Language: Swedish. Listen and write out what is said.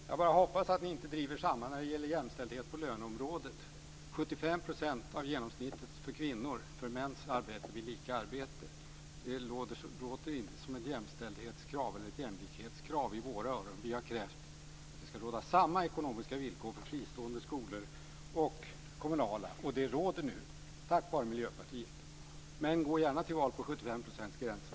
Fru talman! Jag hoppas att ni inte driver samma krav när det gäller jämställdhet på löneområdet. 75 % av genomsnittet av mäns lön för kvinnor vid lika arbete låter inte som ett jämlikhetskrav i våra öron. Vi har krävt att det skall råda samma ekonomiska villkor för fristående och kommunala skolor. Detta råder nu - tack vare Miljöpartiet. Men gå gärna till val med kravet på 75-procentsgränser.